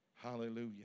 Hallelujah